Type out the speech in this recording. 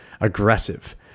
aggressive